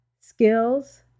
skills